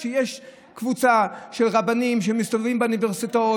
כשיש קבוצה של רבנים שמסתובבים באוניברסיטאות